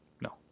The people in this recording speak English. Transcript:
no